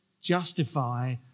justify